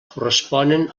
corresponen